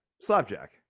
Slapjack